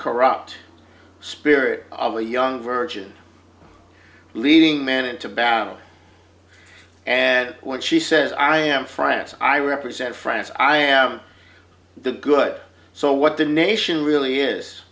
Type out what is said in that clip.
corrupt spirit of a young virgin leading men into battle and what she says i am france i represent france i am the good so what the nation really is